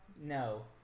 no